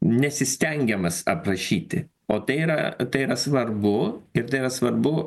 nesistengiamas aprašyti o tai yra tai yra svarbu ir tai yra svarbu